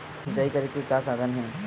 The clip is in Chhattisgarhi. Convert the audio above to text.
सिंचाई करे के का साधन हे?